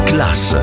Class